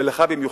ולך במיוחד,